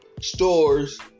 stores